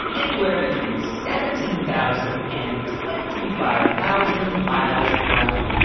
anywhere between seventeen thousand and twenty five thousand miles per hour